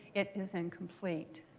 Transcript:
it is incomplete.